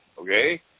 okay